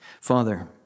Father